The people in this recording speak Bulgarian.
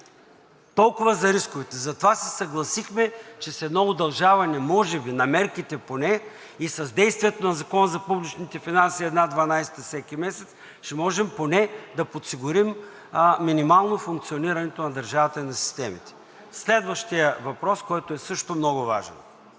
Толкова за рисковете. Затова се съгласихме, че с едно удължаване може би на мерките поне и с действията на Закона за публичните финанси една дванадесета всеки месец ще можем поне да подсигурим минимално функционирането на държавата и на системите. Следващият въпрос, който е също много важен,